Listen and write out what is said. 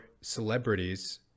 celebrities